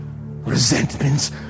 resentments